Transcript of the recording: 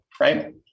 right